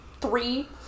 three